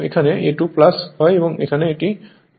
এখানে A2 হয় এবং A1 হয়